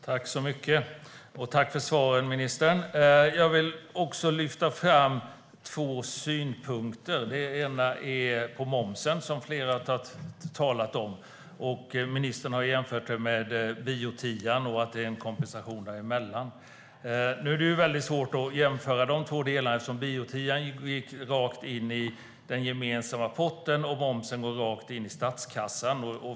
Herr talman! Tack för svaren, ministern! Jag vill också lyfta fram två synpunkter. Den ena rör momsen, som flera har talat om. Ministern har jämfört den med biotian och menat att det är en kompensation däremellan. Nu är det svårt att jämföra de två delarna eftersom biotian gick rakt in i den gemensamma potten och momsen går rakt in i statskassan.